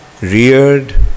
reared